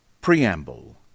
Preamble